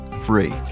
free